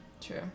True